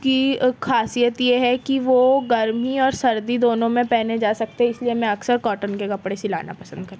کی خاصیت یہ ہے کہ وہ گرمی اور سردی دونوں میں پہنے جا سکتے ہیں اِس لیے میں اکثر کوٹن کے کپڑے سلانا پسند کرتی